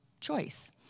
choice